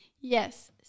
Yes